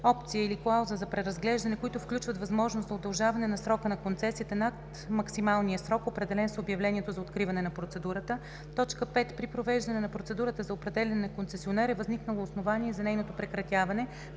опция или клауза за преразглеждане, които включват възможност за удължаване на срока на концесията над максималния срок, определен с обявлението за откриване на процедурата; 5. при провеждане на процедурата за определяне на концесионер е възникнало основание за нейното прекратяване